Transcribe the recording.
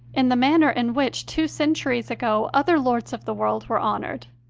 in the manner in which, two centuries ago, other lords of the world were honoured.